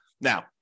Now